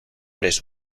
eres